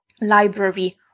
library